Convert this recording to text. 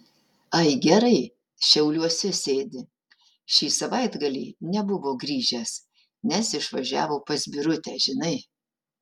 ai gerai šiauliuose sėdi šį savaitgalį nebuvo grįžęs nes išvažiavo pas birutę žinai